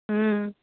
ம்